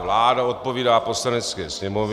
Vláda odpovídá Poslanecké sněmovně.